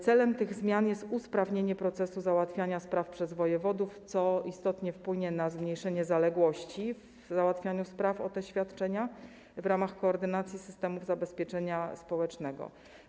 Celem tych zmian jest usprawnienie procesu załatwiania spraw przez wojewodów, co istotnie wpłynie na zmniejszenie zaległości załatwianych spraw o te świadczenia w ramach koordynacji systemu zabezpieczenia społecznego.